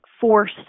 force